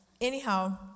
anyhow